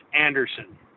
Anderson